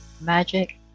magic